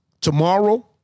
tomorrow